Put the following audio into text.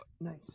Nice